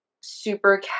super